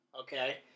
Okay